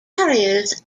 harriers